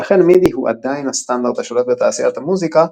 ולכן מידי הוא עדיין הסטנדרט השולט בתעשיית המוזיקה,